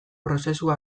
prozesua